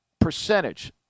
Percentage